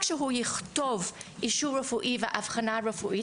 שהוא יכתוב אישור רפואי ואבחנה רפואית,